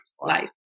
life